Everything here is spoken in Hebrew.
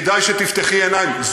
כדאי שתפתחי עיניים.